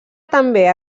també